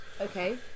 Okay